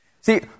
See